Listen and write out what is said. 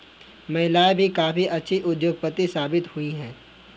महिलाएं भी काफी अच्छी उद्योगपति साबित हुई हैं